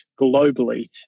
globally